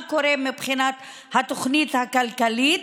מה קורה מבחינת התוכנית הכלכלית,